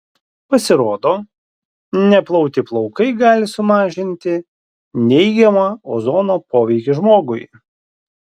pasirodo neplauti plaukai gali sumažinti neigiamą ozono poveikį žmogui